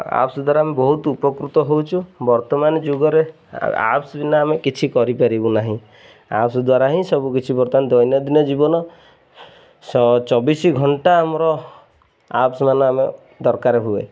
apps ଦ୍ୱାରା ଆମେ ବହୁତ ଉପକୃତ ହେଉଛୁ ବର୍ତ୍ତମାନ ଯୁଗରେ ଆପ୍ସ୍ ବିନା ଆମେ କିଛି କରିପାରିବୁ ନାହିଁ ଆପ୍ସ୍ ଦ୍ଵାରା ହିଁ ସବୁ କିଛି ବର୍ତ୍ତମାନ ଦୈନନ୍ଦିନ ଜୀବନ ଚବିଶ ଘଣ୍ଟା ଆମର ଆପ୍ସ୍ ମାନ ଆମେ ଦରକାର ହୁଏ